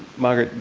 margaret,